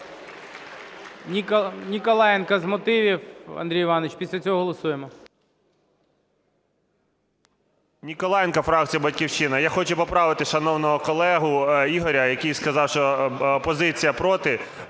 Ніколаєнко, з мотивів, Андрій Іванович, після цього голосуємо. 11:14:00 НІКОЛАЄНКО А.І. Ніколаєнко, фракція "Батьківщина". Я хочу поправити шановного колегу Ігоря, який сказав, що опозиція – проти.